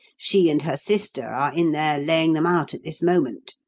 she and her sister are in there laying them out at this moment.